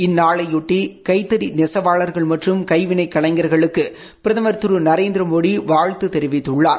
இந்நாளையொட்டி கைத்தறி நெசவாளர்கள் மற்றும் கைவிளை கலைஞர்களுக்கு பிரதமர் திரு நரேந்திரமோடி வாழ்த்து தெரிவித்துள்ளார்